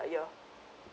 a year